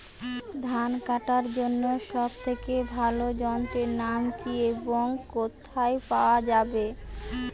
ধান কাটার জন্য সব থেকে ভালো যন্ত্রের নাম কি এবং কোথায় পাওয়া যাবে?